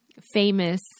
famous